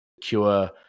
cure